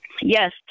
Yes